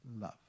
love